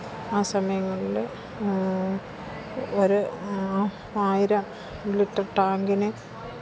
ആ സമയങ്ങളിൽ ഒരു ആയിരം ലിറ്റര് ടാങ്കിനെ